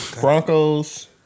Broncos